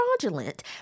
fraudulent